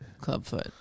Clubfoot